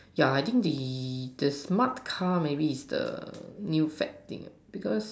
yeah I think the the smart car maybe is the new fat thing because